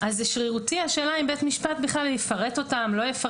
אז זה שרירותי והשאלה אם בית משפט בכלל יפרט אותן או לא.